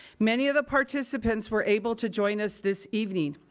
many of the participants were able to join us this evening.